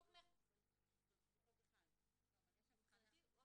אחד שבו